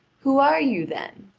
who are you, then?